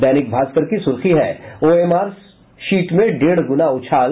दैनिक भास्कर की सुर्खी है ओएमआर सीट में डेढ़ गुना उछाल